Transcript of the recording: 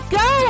go